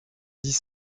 dix